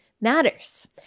matters